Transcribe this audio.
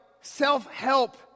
self-help